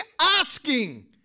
asking